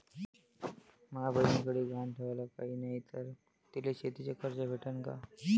माया बयनीकडे गहान ठेवाला काय नाही तर तिले शेतीच कर्ज भेटन का?